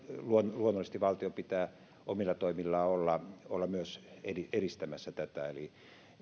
luonnollisesti myös valtion pitää omilla toimillaan olla olla edistämässä tätä